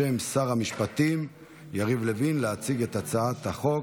בשם שר המשפטים יריב לוין, להציג את הצעת החוק.